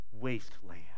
wasteland